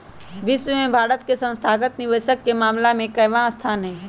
विश्व में भारत के संस्थागत निवेशक के मामला में केवाँ स्थान हई?